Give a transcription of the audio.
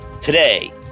Today